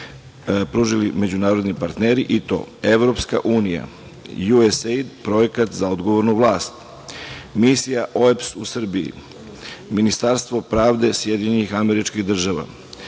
pružili međunarodni partneri, i to: Evropska unija, USAID - Projekat za odgovornu vlast, Misija OEBS u Srbiji, Ministarstvo pravde SAD, Međunarodna